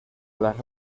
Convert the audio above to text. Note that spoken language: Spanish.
las